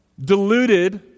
diluted